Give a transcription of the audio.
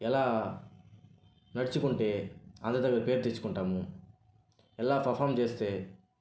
ఎలా నడుచుకుంటే అందరి దగ్గర పేరు తెచ్చుకుంటాము ఎలా పెర్ఫార్మ్ చేస్తే